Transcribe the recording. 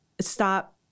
stop